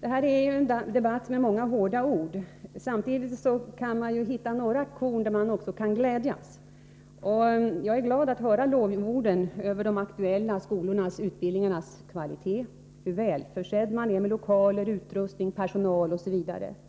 Det här är ju en debatt med många hårda ord. Samtidigt kan man emellertid hitta några korn som det går att glädja sig över. Jag är glad att höra lovorden över de aktuella skolornas och utbildningarnas kvalitet och att höra hur väl försedd man är med lokaler, utrustning, personal osv.